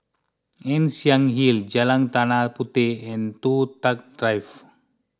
Ann Siang Hill Jalan Tanah Puteh and Toh Tuck Drive